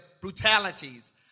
brutalities